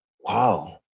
wow